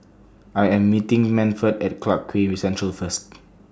I Am meeting Manford At Clarke Quay Central First